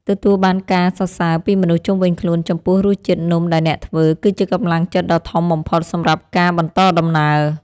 ទទួលបានការសរសើរពីមនុស្សជុំវិញខ្លួនចំពោះរសជាតិនំដែលអ្នកធ្វើ គឺជាកម្លាំងចិត្តដ៏ធំបំផុតសម្រាប់ការបន្តដំណើរ។